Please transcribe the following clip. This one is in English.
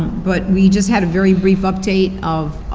but we just had a very brief update of